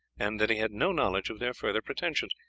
and that he had no knowledge of their further pretensions.